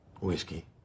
Whiskey